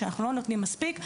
שאנחנו לא נותנים מספיק,